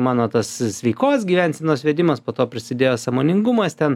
mano tas sveikos gyvensenos vedimas po to prisidėjo sąmoningumas ten